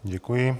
Děkuji.